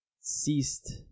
ceased